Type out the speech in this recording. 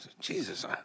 Jesus